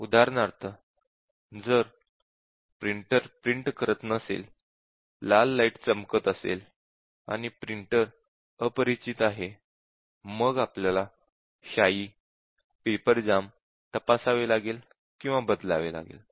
उदाहरणार्थ जर printer print करत नसेल लाल लाइट चमकत असेल आणि प्रिंटर अपरिचित आहे मग आपल्याला शाई पेपर जाम तपासावे लागेल बदलावे लागेल